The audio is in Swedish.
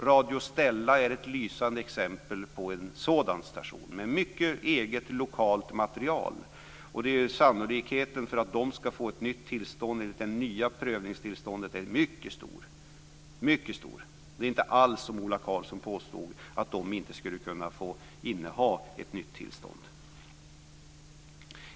Radio Stella är ett lysande exempel på en sådan station, med mycket eget lokalt material. Sannolikheten för att Radio Stella ska få ett nytt tillstånd enligt det nya prövningstillståndet är mycket stor. Det är inte alls som Ola Karlsson påstod, att radio Stella inte skulle kunna få inneha ett nytt tillstånd.